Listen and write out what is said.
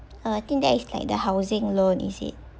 uh I think that is like the housing loan is it